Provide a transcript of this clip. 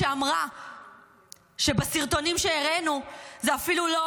שאמרה שבסרטונים שהראינו זה אפילו לא